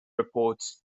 reports